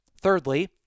Thirdly